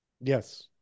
Yes